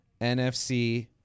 nfc